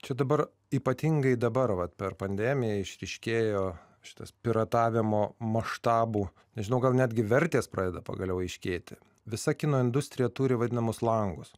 čia dabar ypatingai dabar vat per pandemiją išryškėjo šitas piratavimo maštabų nežinau gal netgi vertės pradeda pagaliau aiškėti visa kino industrija turi vadinamus langus